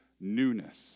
newness